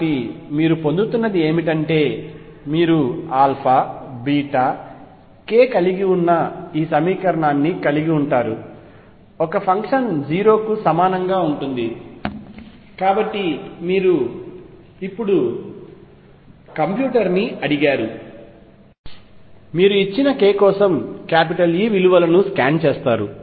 కాబట్టి మీరు పొందుతున్నది ఏమిటంటే మీరు k కలిగి ఉన్న ఈ సమీకరణాన్ని కలిగి ఉంటారు ఒక ఫంక్షన్ 0 కు సమానంగా ఉంటుంది కాబట్టి మీరు ఇప్పుడు కంప్యూటర్ని అడిగారు మీరు ఇచ్చిన k కోసం E విలువలను స్కాన్ చేస్తారు